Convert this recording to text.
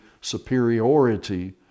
superiority